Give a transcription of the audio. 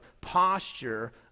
posture